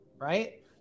Right